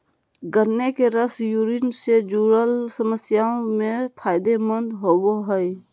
गन्ने के रस यूरिन से जूरल समस्याओं में फायदे मंद होवो हइ